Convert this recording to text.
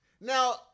Now